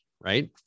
Right